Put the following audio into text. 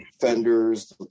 fenders